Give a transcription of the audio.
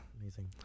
amazing